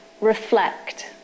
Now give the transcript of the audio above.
reflect